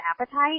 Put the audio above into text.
appetite